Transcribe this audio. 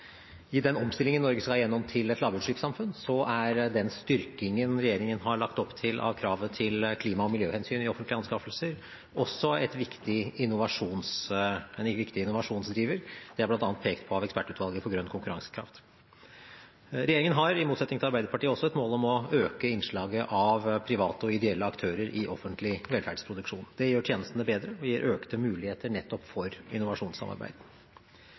I den omstillingen til et lavutslippssamfunn som Norge skal gjennom, er den styrkingen regjeringen har lagt opp til av kravet til klima- og miljøhensyn i offentlige anskaffelser, også en viktig innovasjonsdriver. Det er bl.a. pekt på av ekspertutvalget for grønn konkurransekraft. Regjeringen har i motsetning til Arbeiderpartiet også et mål om å øke innslaget av private og ideelle aktører i offentlig velferdsproduksjon. Det gjør tjenestene bedre og gir økte muligheter for innovasjonssamarbeid.